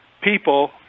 people